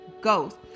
Ghost